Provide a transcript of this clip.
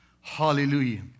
Hallelujah